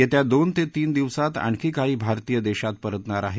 येत्या दोन ते तीन दिवसांत आणखी काही भारतीय देशात परतणार आहेत